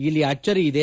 ಅಲ್ಲಿ ಅಚ್ಚರಿ ಇದೆ